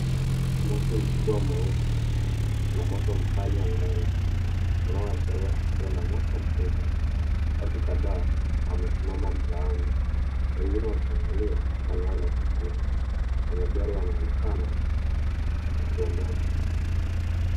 Moshi mkubwa mweusi na moto mkali angani unaoashiria tukio la moto mkubwa. Watu kadhaa wamesimama mtaani, wengine wakiangalia eneo la tukio na magari yanaonekana yakiondoka.